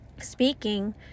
speaking